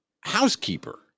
housekeeper